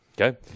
Okay